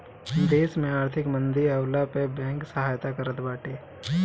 देस में आर्थिक मंदी आवला पअ बैंक सहायता करत बाटे